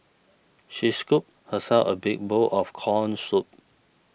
she scooped herself a big bowl of Corn Soup